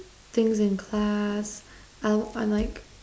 things in class I I like